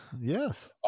Yes